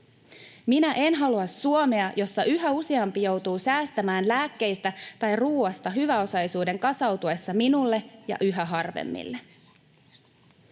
Minä en halua Suomea, jossa yhä useampi joutuu säästämään lääkkeistä tai ruuasta hyväosaisuuden kasautuessa minulle ja yhä harvemmille.